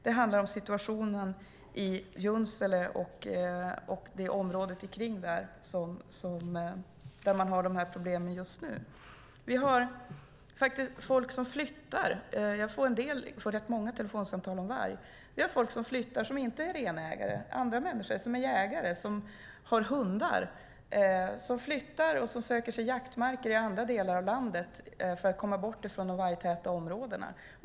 Den handlar om situationen i Junsele och området runt omkring där man har de här problemen just nu. Det finns folk som flyttar. Jag får rätt många telefonsamtal om varg. Det finns folk, som inte är renägare, som flyttar. Det finns andra människor som är jägare och har hundar som flyttar och söker sig jaktmarker i andra delar av landet för att komma bort från vargtäta områdena.